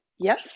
yes